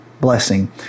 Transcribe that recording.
blessing